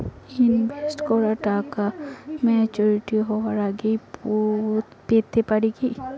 Invest করা টাকা maturity হবার আগেই পেতে পারি কি?